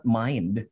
mind